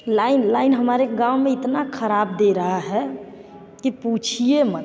line line हमारे गाँव में इतना ख़राब दे रहा है कि पुछिए मत